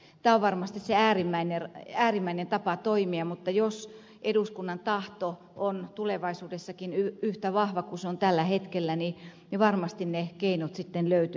tämä on varmasti se äärimmäinen tapa toimia mutta jos eduskunnan tahto on tulevaisuudessakin yhtä vahva kuin se on tällä hetkellä niin varmasti ne keinot sitten löytyvät